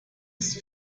ist